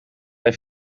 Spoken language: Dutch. hij